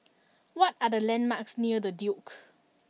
what are the landmarks near The Duke